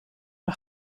her